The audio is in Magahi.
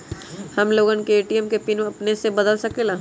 हम लोगन ए.टी.एम के पिन अपने से बदल सकेला?